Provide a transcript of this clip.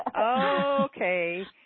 Okay